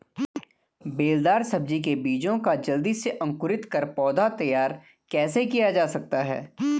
बेलदार सब्जी के बीजों का जल्दी से अंकुरण कर पौधा तैयार कैसे किया जा सकता है?